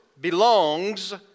belongs